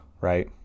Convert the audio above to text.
right